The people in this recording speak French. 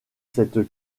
cette